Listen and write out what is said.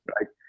Right